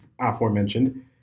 aforementioned